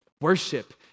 Worship